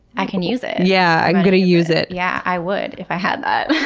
i can use it! yeah, i'm gonna use it. yeah, i would if i had that. i